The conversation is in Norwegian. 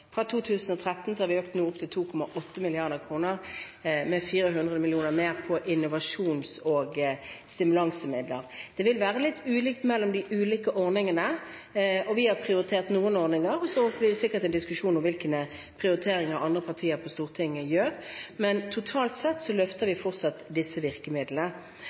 fra 2013 har vi økt opp til 2,8 mrd. kr, med 400 mill. kr mer på innovasjons- og stimulansemidler. Det vil være litt ulikt mellom de ulike ordningene. Vi har prioritert noen ordninger, og så får vi sikkert en diskusjon om hvilke prioriteringer andre partier på Stortinget gjør. Men totalt sett løfter vi fortsatt disse virkemidlene.